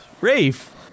Rafe